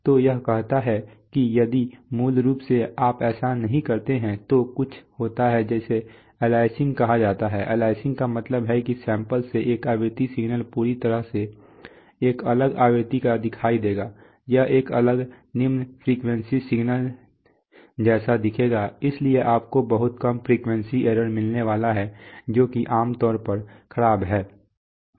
तो यह कहता है कि यदि मूल रूप से आप ऐसा नहीं करते हैं तो कुछ होता है जिसे अलियासिंग कहा जाता है अलियासिंग का मतलब है कि सैंपल से एक आवृत्ति सिग्नल पूरी तरह से एक अलग आवृत्ति का दिखाई देगा यह एक अलग निम्न फ़्रीक्वेंसी सिग्नल जैसा दिखेगा इसलिए आपको बहुत कम फ़्रीक्वेंसी एरर मिलने वाला है जो कि आम तौर पर खराब है